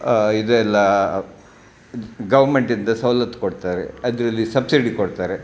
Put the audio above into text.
ಇದೆಲ್ಲ ಗೋರ್ಮೆಂಟಿಂದ ಸವಲತ್ತು ಕೊಡ್ತಾರೆ ಅದರಲ್ಲಿ ಸಬ್ಸಿಡಿ ಕೊಡ್ತಾರೆ